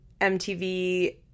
MTV